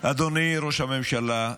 אדוני ראש הממשלה,